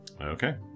Okay